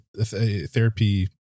therapy